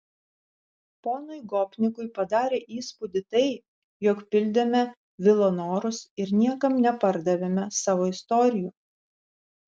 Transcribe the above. ponui gopnikui padarė įspūdį tai jog pildėme vilo norus ir niekam nepardavėme savo istorijų